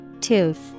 Tooth